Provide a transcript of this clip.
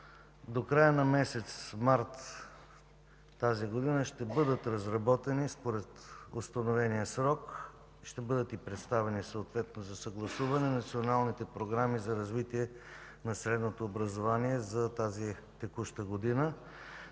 До края на месец март тази година ще бъдат разработени, според установения срок, ще бъдат и представени съответно за съгласуване националните програми за развитие на средното образование за тази текуща година